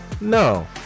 No